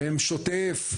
שהם שוטף,